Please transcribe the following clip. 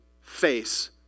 face